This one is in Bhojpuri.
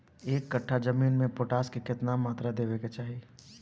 एक कट्ठा जमीन में पोटास के केतना मात्रा देवे के चाही?